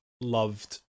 loved